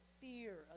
fear